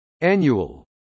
Annual